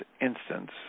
instance